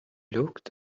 looked